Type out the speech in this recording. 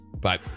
Bye